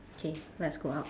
okay let's go out